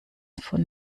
von